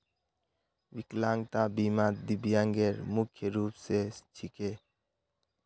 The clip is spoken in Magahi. विकलांगता बीमा दिव्यांगेर मुख्य रूप स छिके